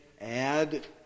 add